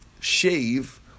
shave